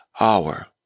hour